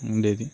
ఉండేది